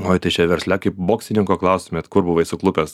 oj tai čia versle kaip boksininko klaustumėt kur buvai suklupęs